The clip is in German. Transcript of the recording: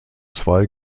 zwei